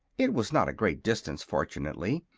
it was not a great distance, fortunately,